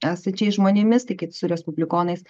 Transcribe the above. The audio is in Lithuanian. esančiais žmonėmis su respublikonais